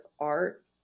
art